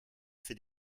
fait